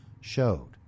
showed